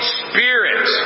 spirit